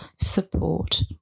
support